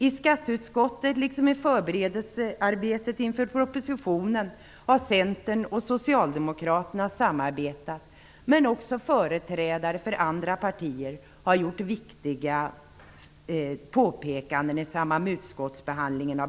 I skatteutskottet liksom i förberedelsearbetet inför propositionen har Centern och Socialdemokraterna samarbetat. Också företrädare för andra partier har gjort viktiga påpekanden i samband med utskottsbehandlingen.